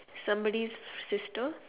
somebody's sister